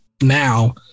now